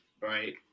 right